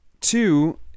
two